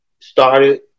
started